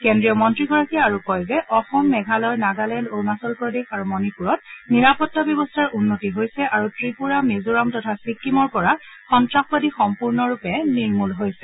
কেন্দ্ৰীয় মন্ত্ৰীগৰাকীয়ে আৰু কয় যে অসম মেঘালয় নাগালেণ্ড অৰুণাচল প্ৰদেশ আৰু মণিপুৰত নিৰাপত্তা ব্যৱস্থাৰ উন্নতি হৈছে আৰু ত্ৰিপুৰা মিজোৰাম তথা ছিক্কিমৰ পৰা সন্তাসবাদী সম্পূৰ্ণৰূপে নিৰ্মূল হৈছে